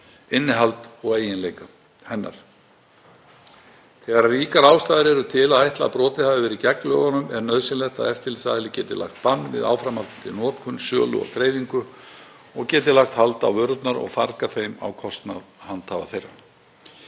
innihald og eiginleika hennar. Þegar ríkar ástæður eru til að ætla að brotið hafi verið gegn lögunum er nauðsynlegt að eftirlitsaðili geti lagt bann við áframhaldandi notkun, sölu og dreifingu og geti lagt hald á vörurnar og fargað þeim á kostnað handhafa þeirra.